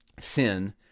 sin